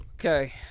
Okay